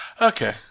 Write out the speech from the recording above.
Okay